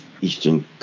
Eastern